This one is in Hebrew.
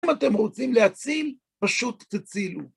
אם אתם רוצים להציל, פשוט תצילו.